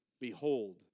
Behold